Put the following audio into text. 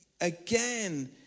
Again